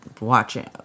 watching